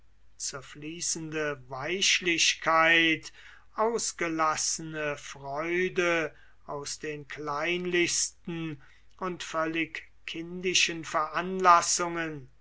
zerfließende weichlichkeit ausgelassene freude aus den kleinlichsten und kindischen veranlassungen